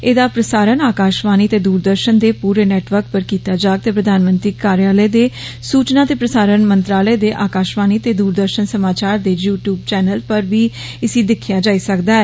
एहदा प्रसारण आकाशवाणी ते दूरदर्शन दे रे नेटवर्क र कीता जा ते प्रधानमंत्री कार्यालय दे सूचना ते प्रसारण मंत्रालय दे आकाशवाणी ते द्रदर्शन समाचार दे यू टयूब चैनलें र बी इसी दिक्खेया जाई सकदा ऐ